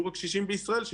שלום לכולם, היום יום שני, ו'